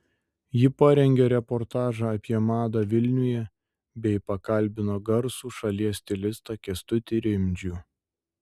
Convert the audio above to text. ji parengė reportažą apie madą vilniuje bei pakalbino garsų šalies stilistą kęstutį rimdžių